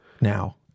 now